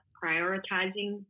prioritizing